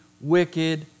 wicked